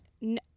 no